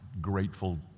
grateful